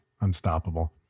unstoppable